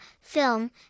film